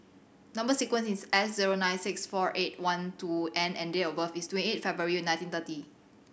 number sequence is S zero nine six four eight one two N and date of birth is twenty eight February nineteen thirty